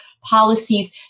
policies